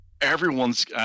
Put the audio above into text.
everyone's